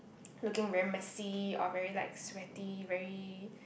looking very messy or very like sweaty very